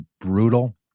brutal